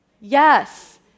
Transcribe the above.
Yes